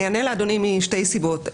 אני אענה לאדוני, משתי סיבות.